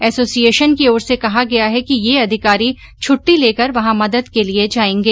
association की ओर से कहा गया है कि ये अधिकारी छटटी लेकर वहां मदद के लिए जाएंगे